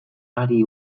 hari